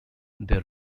their